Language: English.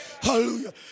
Hallelujah